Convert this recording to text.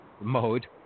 mode